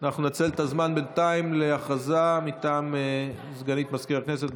בינתיים אנחנו ננצל את הזמן להודעה מטעם סגנית מזכיר הכנסת.